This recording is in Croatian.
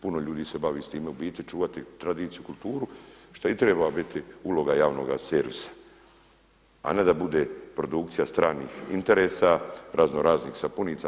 Puno ljudi se bavi s time, u biti čuvati tradiciju kulturu što i treba biti uloga javnoga servisa, a ne da bude produkcija stranih interesa, raznoraznih sapunica.